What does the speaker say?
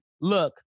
look